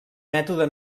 mètode